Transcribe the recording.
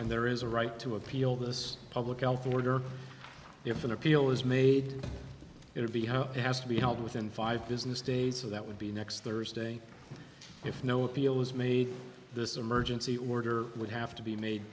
and there is a right to appeal this public health order if an appeal is made it would be how it has to be held within five business days of that would be next thursday if no appeal was made this emergency order would have to be made